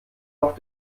auf